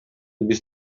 биз